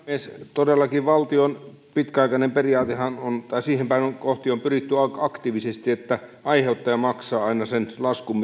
todellakin valtion pitkäaikainen periaatehan on tai sitä kohti on pyritty aktiivisesti että aiheuttaja maksaa aina laskun